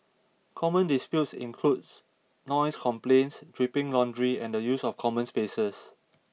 common disputes includes noise complaints dripping laundry and the use of common spaces